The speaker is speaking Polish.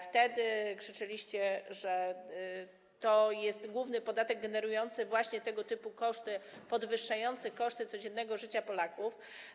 Wtedy krzyczeliście, że to jest główny podatek generujący koszty, podwyższający koszty codziennego życia Polaków.